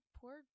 poor